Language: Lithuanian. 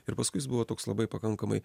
ir paskui jis buvo toks labai pakankamai